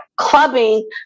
clubbing